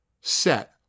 set